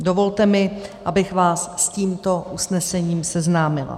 Dovolte mi, abych vás s tímto usnesením seznámila.